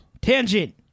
tangent